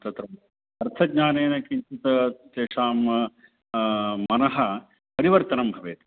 तत् तद् अर्थज्ञानेन किञ्चित् तेषां मनः परिवर्तनं भवेत्